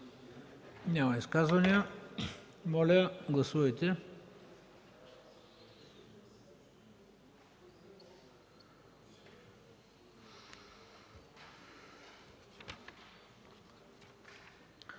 Няма изказвания. Моля да гласуваме.